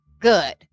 Good